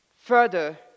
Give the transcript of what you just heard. Further